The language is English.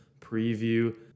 preview